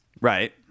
Right